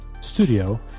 studio